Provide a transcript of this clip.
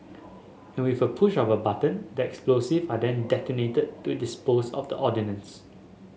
and with a push of a button the explosives are then detonated to dispose of the ordnance